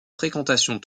fréquentation